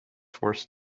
forced